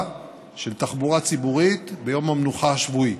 של תחבורה ציבורית ביום המנוחה השבועי.